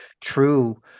true